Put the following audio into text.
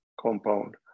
compound